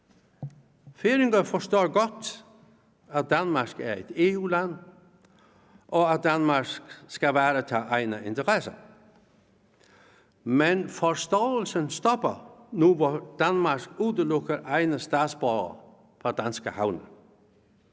Færingerne forstår godt, at Danmark er et EU-land, og at Danmark skal varetage egne interesser. Men forståelsen stopper, nu hvor Danmark udelukker egne statsborgere fra danske havne.